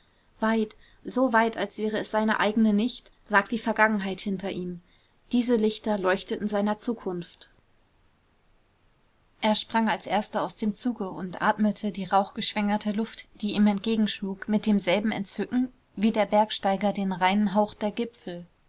weit so weit als wäre es seine eigene nicht lag die vergangenheit hinter ihm diese lichter leuchteten seiner zukunft er sprang als erster aus dem zuge und atmete die rauchgeschwängerte luft die ihm entgegenschlug mit demselben entzücken wie der bergsteiger den reinen hauch der gipfel